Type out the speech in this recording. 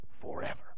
forever